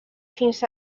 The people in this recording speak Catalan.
fins